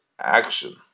action